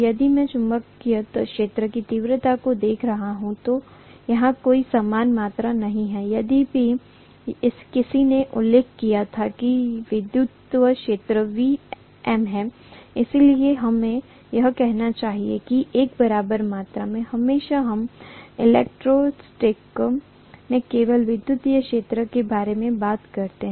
यदि मैं चुंबकीय क्षेत्र की तीव्रता को देख रहा हूँ तो यहाँ कोई समान मात्रा नहीं है यद्यपि किसी ने उल्लेख किया था कि विद्युत क्षेत्र V m है इसलिए हमें यह कहना चाहिए कि एक बराबर मात्रा में हमेशा हम इलेक्ट्रोस्टैटिक्स में केवल विद्युत क्षेत्र के बारे में बात करते हैं